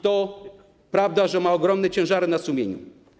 To prawda, że ma on ogromne ciężary na sumieniu.